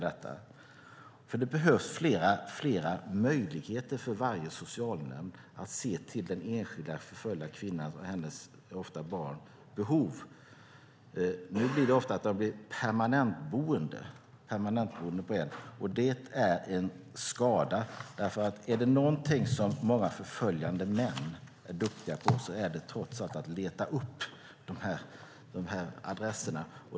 Det behövs flera möjligheter för varje socialnämnd att se till den enskilda förföljda kvinnan och hennes och ofta hennes barns behov. Nu blir det ofta permanentboende. Det är en skada. Är det någonting som många förföljande män är duktiga på är det trots allt att leta upp de adresserna.